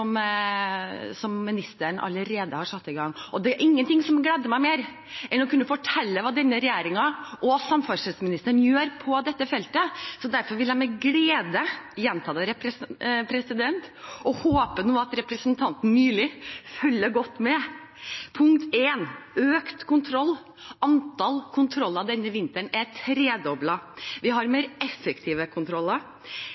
ministeren allerede har satt i gang. Det er ingenting som gleder meg mer enn å kunne fortelle hva denne regjeringen og samferdselsministeren gjør på dette feltet, så derfor vil jeg med glede gjenta det, og håper nå at representanten Myrli følger godt med. Punkt 1: økt kontroll. Antall kontroller denne vinteren er tredoblet. Punkt 2: Vi har